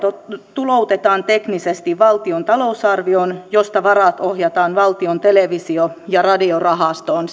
tuloutetaan teknisesti valtion talousarvioon josta varat ohjataan valtion televisio ja radiorahastoon